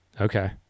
Okay